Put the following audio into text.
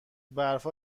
برفا